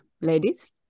ladies